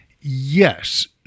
Yes